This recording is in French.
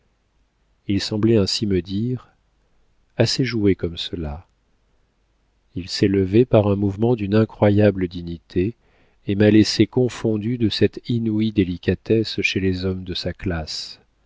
il semblait ainsi me dire assez joué comme cela il s'est levé par un mouvement d'une incroyable dignité et m'a laissée confondue de cette inouïe délicatesse chez les hommes de sa classe